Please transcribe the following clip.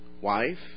Wife